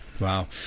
Wow